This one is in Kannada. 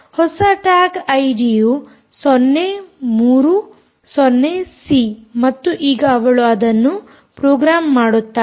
ಹೊಸ ಟ್ಯಾಗ್ ಐಡಿ ಯು 0 3 0 ಸಿ ಮತ್ತು ಈಗ ಅವಳು ಇದನ್ನು ಪ್ರೋಗ್ರಾಮ್ ಮಾಡುತ್ತಾಳೆ